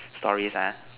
stories ah